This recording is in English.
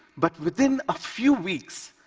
but within a few weeks,